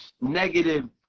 negative